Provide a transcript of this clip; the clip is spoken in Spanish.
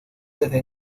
desde